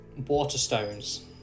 Waterstones